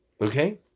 Okay